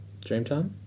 Dreamtime